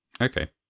Okay